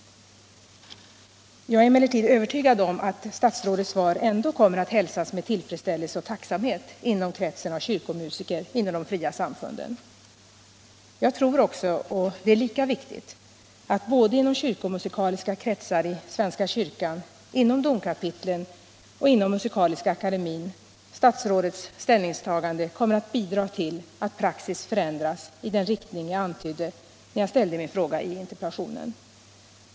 Jag är emellertid övertygad om att statsrådets svar ändå kommer att hälsas med tillfredsställelse och tacksamhet inom kretsen av kyrkomusiker inom de fria samfunden. Jag tror också — och det är lika viktigt — att statsrådets ställningstagande såväl inom kyrkomusikaliska kretsar i svenska kyrkan som inom domkapitlen och Musikaliska akademien Nr 110 kommer att bidra till att praxis förändras i den riktning jag antydde Tisdagen den när jag ställde min fråga i interpellationen.